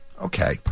Okay